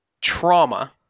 trauma